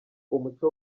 umuco